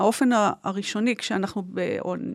מהאופן הראשוני כשאנחנו באונ...